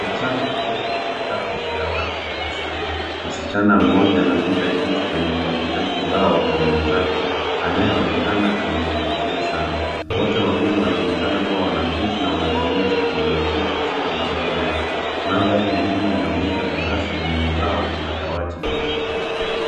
Wasichana wawili wamekaa kwenye dawati darasani. Msichana mmoja anaonyesha kitu kwenye kompyuta kibao kwa mwenzake anayeonekana anazingatia sana. Wote wawili wanaonekana kuwa wanafunzi na wanatumia teknolojia katika masomo yao. Mandhari ya nyuma inonyesha dara lenye ubao na madawati mengine.